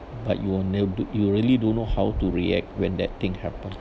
but you will nev~ you really don't know how to react when that thing happen